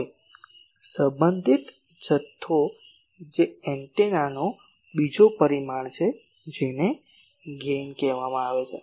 હવે સંબંધિત જથ્થો જે એન્ટેનાનો બીજો પરિમાણ છે જેને ગેઇન કહેવામાં આવે છે